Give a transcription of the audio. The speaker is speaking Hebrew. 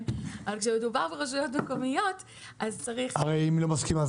כשמדובר ברשויות מקומיות --- הרי אם היא לא מסכימה,